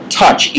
touch